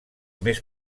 més